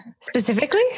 Specifically